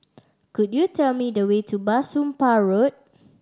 could you tell me the way to Bah Soon Pah Road